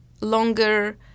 longer